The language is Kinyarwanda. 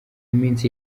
minsi